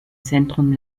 zentrum